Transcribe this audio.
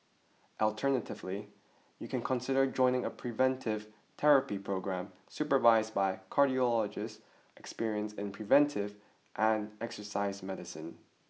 alternatively you can consider joining a preventive therapy programme supervised by cardiologist experienced in preventive and exercise medicine